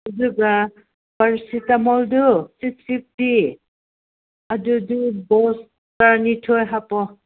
ꯑꯗꯨꯒ ꯄꯦꯔꯥꯁꯤꯇꯥꯃꯣꯜꯗꯨ six fifty ꯑꯗꯨꯗꯨ ꯕꯣꯛꯁ ꯇꯔꯥꯅꯤꯊꯣꯏ ꯍꯥꯞꯄꯣ